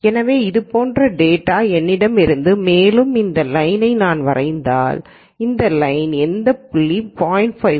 எனவே இது போன்ற டேட்டா என்னிடம் இருந்து மேலும் இந்த லைனை நான் வரைந்தால் இந்த லைனில் எந்த புள்ளியின் ப்ராபபிலிட்டி 0